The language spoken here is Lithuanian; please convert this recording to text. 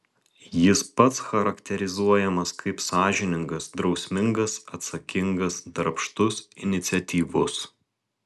jis pats charakterizuojamas kaip sąžiningas drausmingas atsakingas darbštus iniciatyvus